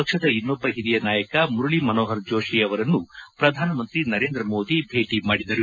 ಪಕ್ಷದ ಇನ್ನೊಬ್ಬ ಹಿರಿಯ ನಾಯಕ ಮುರಳಿ ಮನೋಹರ ಜೋಷಿ ಅವರನ್ನೂ ಪ್ರಧಾನಿ ನರೇಂದ್ರ ಮೋದಿ ಭೇಟಿ ಮಾಡಿದರು